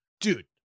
dude